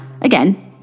again